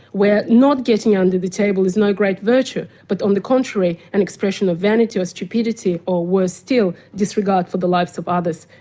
where not getting under the table is no great virtue, but on the contrary an expression of vanity or stupidity or, worse still, disregard for the lives of others.